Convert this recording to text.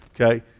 Okay